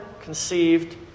conceived